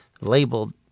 labeled